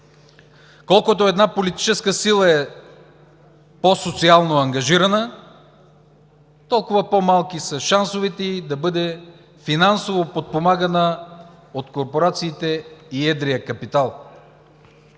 колкото една политическа сила е по-социално ангажирана, толкова по-малки са шансовете й да бъде финансово подпомагана от корпорациите и едрия капитал.